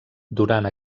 durant